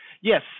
Yes